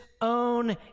own